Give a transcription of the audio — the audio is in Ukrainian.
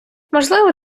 можливо